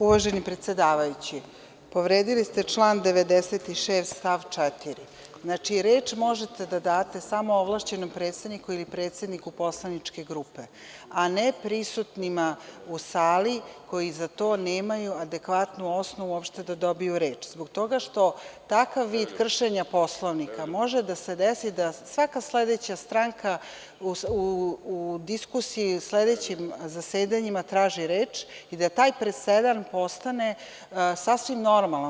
Uvaženi predsedavajući, povredili ste član 96. stav 4. Znači, reč možete da date samo ovlašćenom predstavniku ili predsedniku poslaničke grupe, a ne prisutnima u sali, koji za to nemaju adekvatnu osnovu uopšte da dobiju reč, zbog toga što takav vid kršenja Poslovnika može da se desi da svaka sledeća stranka u diskusiji na sledećim zasedanjima traži reč i da taj presedan postane sasvim normalan.